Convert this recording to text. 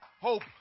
Hope